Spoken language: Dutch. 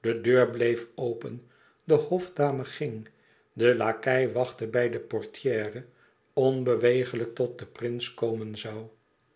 de deur bleef open de hofdame ging de lakei wachtte bij de portière onbewegelijk tot de prins komen zoû